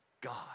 God